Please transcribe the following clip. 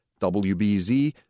WBZ